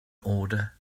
order